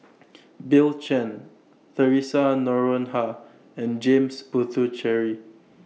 Bill Chen Theresa Noronha and James Puthucheary